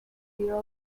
your